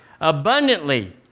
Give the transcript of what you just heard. abundantly